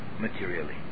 materially